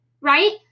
right